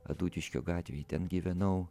adutiškio gatvėj ten gyvenau